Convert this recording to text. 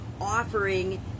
offering